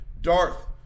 Darth